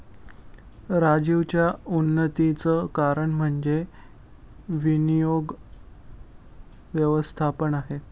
राजीवच्या उन्नतीचं कारण म्हणजे विनियोग व्यवस्थापन आहे